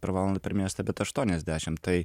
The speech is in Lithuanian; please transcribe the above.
per valandą per miestą bet aštuoniasdešim tai